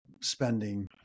spending